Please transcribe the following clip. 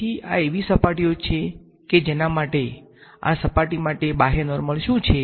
તેથી આ એવી સપાટીઓ છે કે જેના માટે આ સપાટી માટે બાહ્ય નોર્મલ શું છે